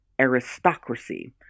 aristocracy